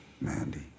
Mandy